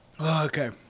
Okay